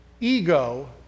ego